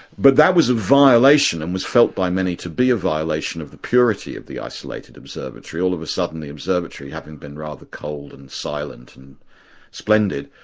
but that was a violation, and was felt by many to be a violation, of the purity of the isolated observatory. all of a sudden the observatory, having been rather cold and silent and splendid,